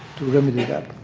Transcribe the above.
to remedy that.